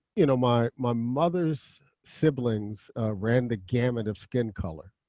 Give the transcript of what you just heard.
you know my my mother's siblings ran the gamut of skin color.